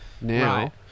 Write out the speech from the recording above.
now